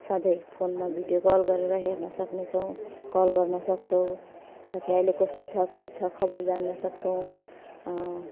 सधैँ फोनमा video call गरेर हेर्नसक्नेछौँ कल गर्नसक्छौँ साथैँ अहिले कस्तो छ के छ खबर जान्नसक्छौँ